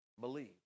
believe